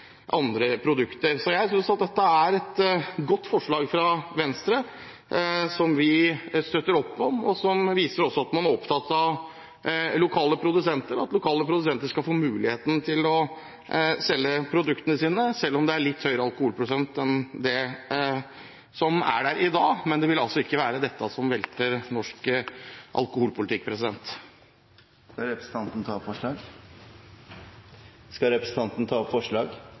produkter. Så jeg synes dette er et godt forslag fra Venstre, som vi støtter opp om, et forslag som viser at man er opptatt av lokale produsenter, av at lokale produsenter skal få muligheten til å selge produktene sine, selv om det har en litt høyere alkoholprosent enn det som er der i dag. Men det vil altså ikke være dette som velter norsk alkoholpolitikk. Skal representanten ta opp forslag? Ja, gjerne det! Da har representanten Bård Hoksrud tatt opp